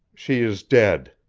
she is dead.